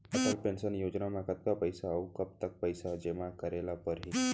Atal pension Yojana म कतका पइसा, अऊ कब तक पइसा जेमा करे ल परही?